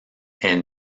est